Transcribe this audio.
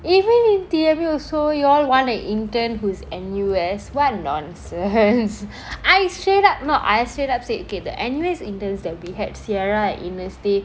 even in theory also you all want an intern who's N_U_S what nonsense I straight up not I straight up said okay the N_U_S interns that we had sierra and amos they